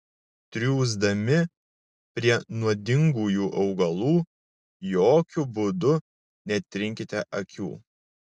triūsdami prie nuodingųjų augalų jokiu būdu netrinkite akių